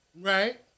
Right